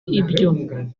ibyo